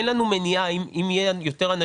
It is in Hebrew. אין לנו מניעה אם יהיו יותר אנשים.